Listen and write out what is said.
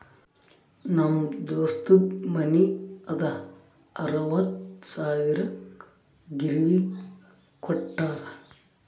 ನಮ್ ದೋಸ್ತದು ಮನಿ ಅದಾ ಅರವತ್ತ್ ಸಾವಿರಕ್ ಗಿರ್ವಿಗ್ ಕೋಟ್ಟಾರ್